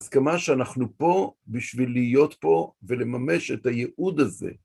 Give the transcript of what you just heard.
הסכמה שאנחנו פה בשביל להיות פה ולממש את הייעוד הזה